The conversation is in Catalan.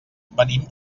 venim